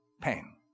pain